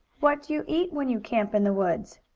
what do you eat when you camp in the woods?